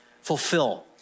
fulfill